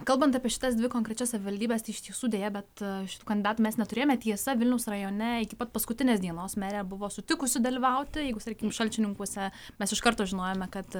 kalbant apie šitas dvi konkrečias savivaldybes tai iš tiesų deja bet šitų kandidatų mes neturėjome tiesa vilniaus rajone iki pat paskutinės dienos merė buvo sutikusi dalyvauti jeigu tarkim šalčininkuose mes iš karto žinojome kad